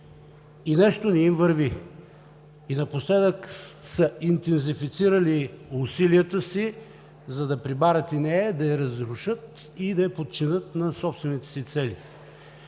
и нещо не им върви. Напоследък са интензифицирали усилията си, за да прибарат и нея, да я разрушат и да я подчинят на собствените си цели.